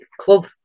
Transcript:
club